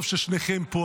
טוב ששניכם פה.